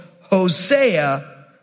Hosea